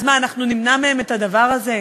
אז מה, אנחנו נמנע מהם את הדבר הזה?